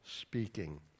speaking